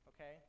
okay